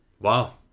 wow